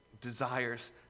desires